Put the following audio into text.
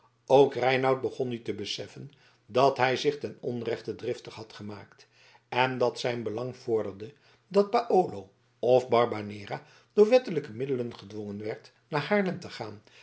ook reinout begon nu te beseffen dat hij zich ten onrechte driftig had gemaakt en dat zijn belang vorderde dat paolo of barbanera door wettelijke middelen gedwongen werd naar haarlem te gaan